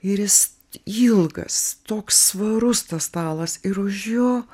ir jis ilgas toks svarus tas stalas ir už jo